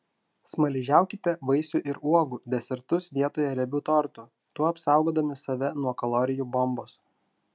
smaližiaukite vaisių ir uogų desertus vietoj riebių tortų tuo apsaugodami save nuo kalorijų bombos